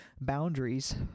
boundaries